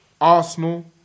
Arsenal